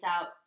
out